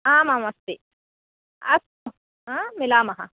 आम् आम् अस्तु मिलामः